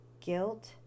guilt